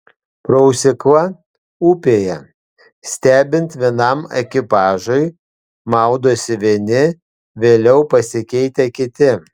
prausykla upėje stebint vienam ekipažui maudosi vieni vėliau pasikeitę kiti